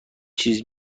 چیزی